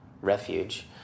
refuge